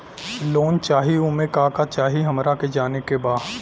Loan चाही उमे का का चाही हमरा के जाने के बा?